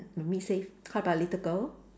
mummy safe how about little girl